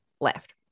left